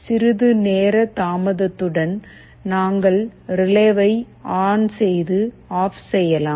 சிறிது நேர தாமதத்துடன் நாங்கள் ரிலேவை ஆன் செய்து ஆஃப் செய்யலாம்